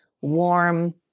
warm